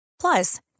Plus